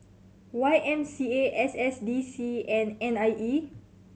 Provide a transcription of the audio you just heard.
Y M C A S S D C and N I E